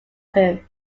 him